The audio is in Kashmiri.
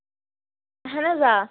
اَہَن حظ آ